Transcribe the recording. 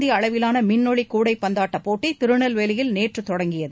இந்தியஅளவிலானமின்னொளிகூடைப்பந்தாட்டப் அகில போட்டிதிருநெல்வேலியில் நேற்றுதொடங்கியது